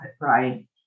right